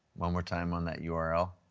one more time on that yeah url.